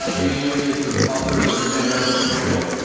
ah you may know me as the author of the ruby on rails tutorial.